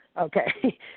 Okay